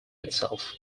itself